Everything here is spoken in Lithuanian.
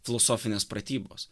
filosofinės pratybos